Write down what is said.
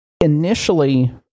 initially